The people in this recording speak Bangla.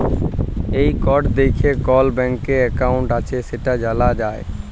এই কড দ্যাইখে কল ব্যাংকে একাউল্ট আছে সেট জালা যায়